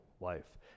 life